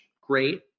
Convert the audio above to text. great